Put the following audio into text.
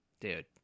Dude